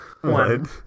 One